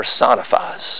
personifies